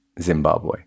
Zimbabwe